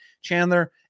Chandler